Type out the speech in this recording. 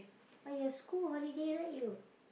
but your school holiday right you